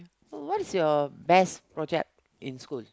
so what is your best project in school